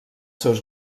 seus